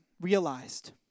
realized